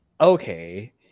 okay